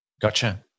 Gotcha